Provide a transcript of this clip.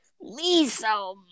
Lisa